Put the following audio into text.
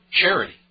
charity